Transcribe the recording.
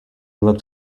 looked